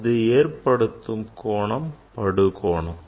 அது ஏற்படுத்தும் கோணம் படுகோணம்